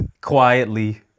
quietly